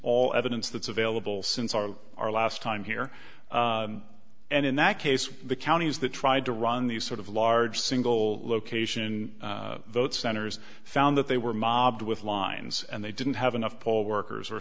all evidence that's available since our our last time here and in that case the counties that tried to run these sort of large single location vote centers found that they were mobbed with lines and they didn't have enough poll workers